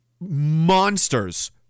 monsters